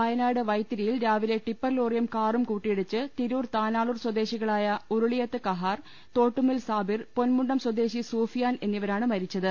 വയനാട് വൈത്തിരിയിൽ രാവിലെ ടിപ്പർ ലോറിയും കാറും കൂട്ടിയിടിച്ച് തിരൂർ താനാളൂർ സ്വദേശികളായ ഉരുളിയത്ത് കഹാർ തോട്ടുമ്മൽ സാബിർ പൊൻമുണ്ടം സ്വദേശി സൂഫി യാൻ എന്നിവരാണ് മരിച്ചത്